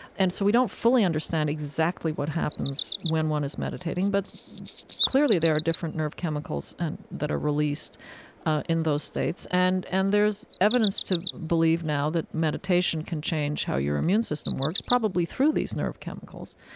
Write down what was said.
and so we don't fully understand exactly what happens when one is meditating. but clearly, there are different nerve chemicals and that are released in those states. and and there's evidence to believe now that meditation can change how your immune system works, probably through these nerve chemicals.